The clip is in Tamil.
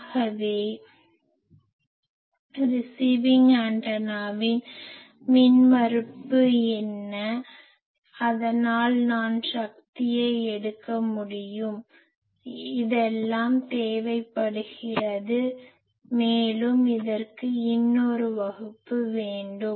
ஆகவே ரிசிவிங் ஆண்டனாவின் இம்பிடன்ஸ் என்ன அதனால் நான் சக்தியை எடுக்க முடியும் இதெல்லாம் தேவை படுகிறது மேலும் இதற்கு இன்னொரு வகுப்பு வேண்டும்